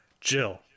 jill